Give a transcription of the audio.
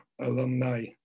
alumni